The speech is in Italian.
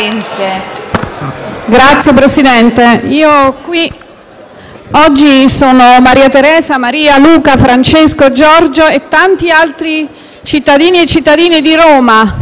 qui sono Maria Teresa, Maria, Luca, Francesco, Giorgio e tanti altri cittadini e cittadine di Roma, in particolare di Villa Spada, Fidene, Colle Salario e Nuovo Salario.